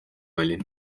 olin